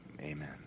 amen